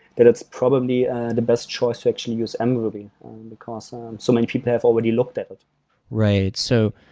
that it's probably the best choice to actually use and mruby because um so many people have already looked at it. right. so